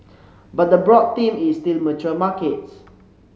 but the broad theme is still mature markets